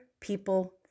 people